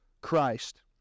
Christ